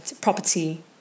property